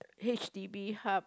h_d_b hub